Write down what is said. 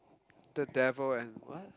the devil and what